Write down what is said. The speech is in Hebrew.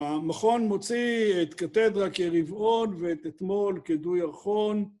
המכון מוציא את קתדרה כרבעון ואת אתמול כדו ירחון